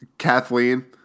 Kathleen